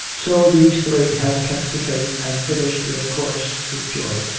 so these three have kept the faith and finished their course with joy.